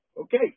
Okay